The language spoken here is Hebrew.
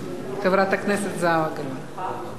חברת הכנסת זהבה גלאון, ואחריה,